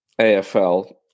AFL